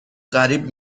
غریب